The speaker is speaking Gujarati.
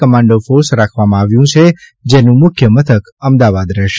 કમાન્ડો ફોર્સ રાખવામાં આવ્યું છે જેનું મુખ્ય મથક અમદાવાદ રહેશે